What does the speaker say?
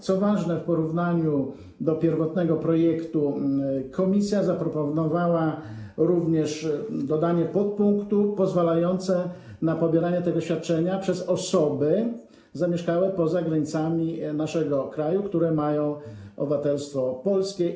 Co ważne, w porównaniu do pierwotnego projektu komisja zaproponowała również dodanie podpunktu pozwalającego na pobieranie tego świadczenia przez osoby zamieszkałe poza granicami naszego kraju, które mają obywatelstwo polskie.